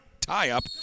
tie-up